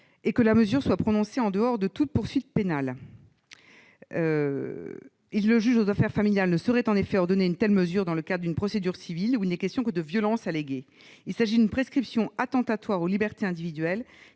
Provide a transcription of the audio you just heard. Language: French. et que la mesure soit prononcée en dehors de toute poursuite pénale. Le juge aux affaires familiales ne saurait en effet ordonner une telle mesure dans le cadre d'une procédure civile où il n'est question que de « faits de violence allégués ». Il s'agit d'une prescription attentatoire aux libertés individuelles.